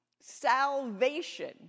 Salvation